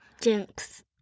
Jinx